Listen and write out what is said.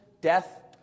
death